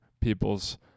people's